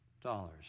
dollars